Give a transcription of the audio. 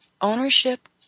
ownership